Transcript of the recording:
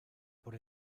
por